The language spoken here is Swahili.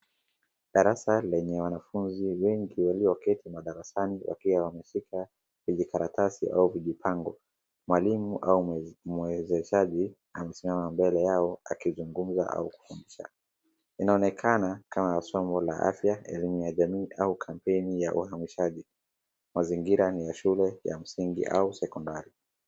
Darasa lenye wanafunzi wengi walioketi madarasani wakiwa wameshika vijikaratasi au vijipango, mwalimu au mwezeshaji amesimama mbele yao akizungumza au kufundisha, inaonekana kama somo la afya, elimu ya jamii au kampeni ya uhamishaji, mazingira ni ya shule ya msingi au sekondari.